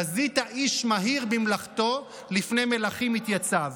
"חזית איש מהיר במלאכתו לפני מלכים יתיַצָב".